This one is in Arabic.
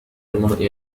المرء